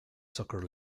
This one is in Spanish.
soccer